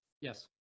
Yes